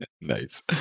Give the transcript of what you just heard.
Nice